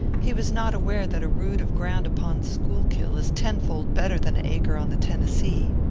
he was not aware that a rood of ground upon schuylkill is tenfold better than an acre on the tennessee.